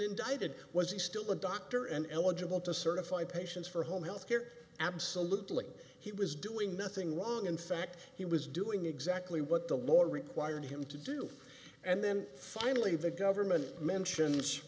indicted was he still a doctor and eligible to certify patients for home health care absolutely he was doing nothing wrong in fact he was doing exactly what the law required him to do and then finally the government mentions